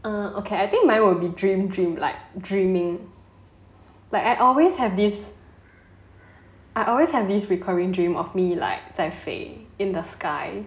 okay I think mine will be dream dream like dreaming like I always have this I always have this recurring dream of me like 在飞 in the sky